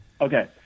Okay